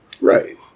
Right